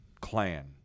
clan